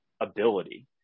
ability